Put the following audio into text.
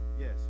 Yes